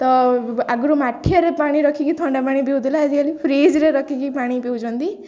ତ ଆଗରୁ ମାଠିଆରେ ପାଣି ରଖିକି ଥଣ୍ଡା ପାଣି ପିଉଥିଲା ଆଜିକାଲି ଫ୍ରିଜ୍ରେ ରଖିକି ପାଣି ପିଉଛନ୍ତି